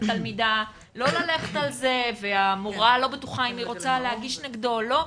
התלמידה לא ללכת על זה והמורה לא בטוחה אם היא רוצה להגיש נגדו או לא,